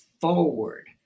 forward